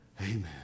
Amen